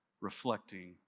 reflecting